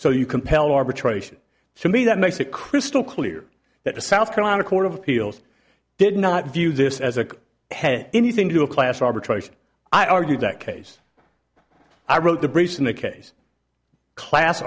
so you compel arbitration to me that makes it crystal clear that the south carolina court of appeals did not view this as a head anything to a class arbitration i argued that case i wrote the briefs in that case class